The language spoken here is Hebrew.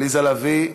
עליזה לביא,